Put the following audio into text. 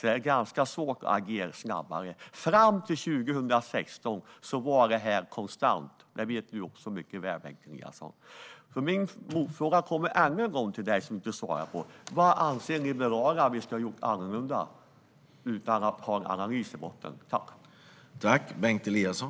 Det är ganska svårt att agera snabbare. Fram till 2016 var detta konstant - det vet du mycket väl, Bengt Eliasson. Min motfråga, som du inte svarar på, ställer jag ännu en gång till dig: Vad anser ni liberaler att vi skulle ha gjort annorlunda utan att ha en analys i botten?